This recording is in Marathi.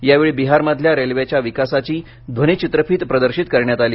यावेळी बिहारमधल्या रेल्वेच्या विकासाची ध्वनिचित्रफीत प्रदर्शित करण्यात आली